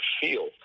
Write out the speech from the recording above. feel